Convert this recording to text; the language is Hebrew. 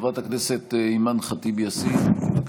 חברת הכנסת אימאן ח'טיב יאסין, בבקשה.